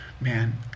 man